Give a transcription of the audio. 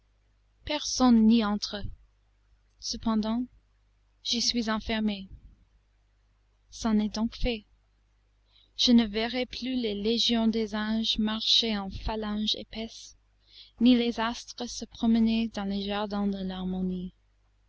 personne n'y entre cependant j'y suis enfermé c'en est donc fait je ne verrai plus les légions des anges marcher en phalanges épaisses ni les astres se promener dans les jardins de l'harmonie